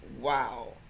wow